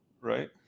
right